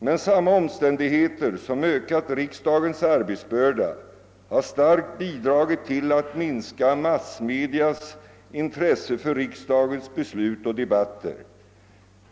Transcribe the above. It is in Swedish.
Men samma omständigheter som ökat riksdagens arbetsbörda har starkt bidragit till att minska massmedias intresse för riksdagens beslut och debatter.